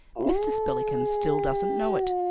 mr. spillikins still doesn't know it.